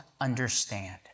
Understand